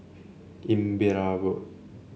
Imbiah Road